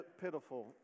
pitiful